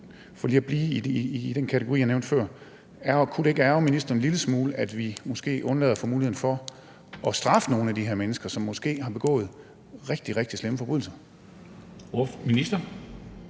For lige at blive i den kategori, som jeg nævnte før: Kunne det ikke ærgre ministeren en lille smule, at vi måske undlader at få muligheden for at straffe nogle af de her mennesker, som måske har begået rigtig, rigtig slemme forbrydelser?